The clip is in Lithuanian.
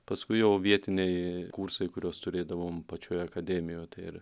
paskui jau vietiniai kursai kuriuos turėdavom pačioje akademijo ir